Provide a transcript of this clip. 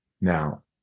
Now